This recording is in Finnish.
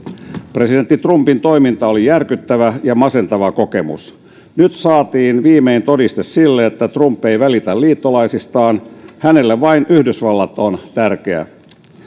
presidentti trumpin toiminta oli järkyttävä ja masentava kokemus nyt saatiin viimein todiste sille että trump ei välitä liittolaisistaan ja hänelle vain yhdysvallat on tärkeä